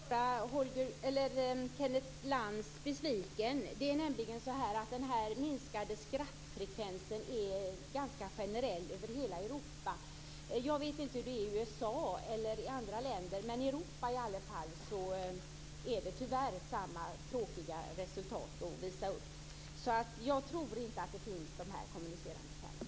Fru talman! Jag måste göra Kenneth Lantz besviken. Det är nämligen så att den minskade skrattfrekvensen är ganska generell över hela Europa. Jag vet inte hur det är i USA eller i andra länder, men i Europa visar man tyvärr upp samma tråkiga resultat. Jag tror därför inte att de här kommunicerande kärlen finns.